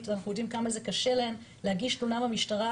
אנחנו יודעים כמה זה קשה להן להגיש תלונה במשטרה,